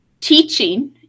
teaching